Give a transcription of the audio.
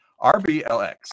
RBLX